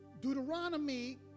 Deuteronomy